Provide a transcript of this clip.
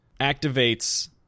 activates